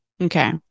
Okay